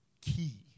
key